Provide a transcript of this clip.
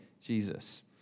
Jesus